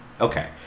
Okay